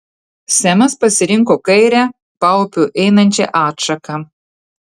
semas pasirinko kairę paupiu einančią atšaką